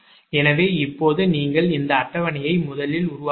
எனவே இப்போது நீங்கள் இந்த அட்டவணையை முதலில் உருவாக்குங்கள்